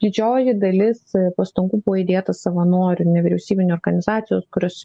didžioji dalis pastangų buvo įdėta savanorių nevyriausybinių organizacijų kurios